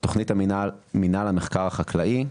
תכנית מינהל המחקר החקלאי,